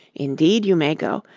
indeed you may go,